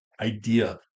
idea